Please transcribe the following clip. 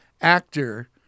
actor